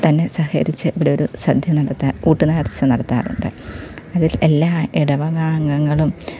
തന്നെ സഹകരിച്ചു ഇവിടെ ഒരു സദ്യ നടത്താൻ കൂട്ട് നേർച്ച നടത്താറുണ്ട് അതിൽ എല്ലാ ഇടവക അംഗങ്ങളും